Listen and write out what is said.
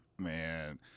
Man